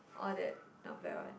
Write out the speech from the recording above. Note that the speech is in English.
all that not bad one